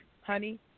honey